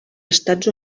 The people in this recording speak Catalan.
estats